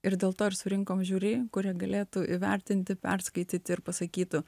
ir dėl to ar surinkome žiuri kuri galėtų įvertinti perskaityti ir pasakytų